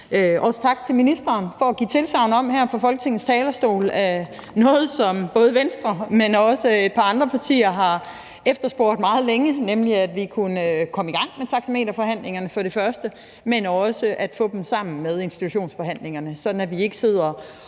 Også tak til ministeren for her fra Folketingets talerstol at give tilsagn om noget, som både Venstre, men også et par andre partier, har efterspurgt meget længe, nemlig at vi kan komme i gang med taxameterforhandlingerne for det første, men også at få dem sammen med institutionsforhandlingerne, så vi ikke sidder